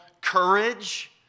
courage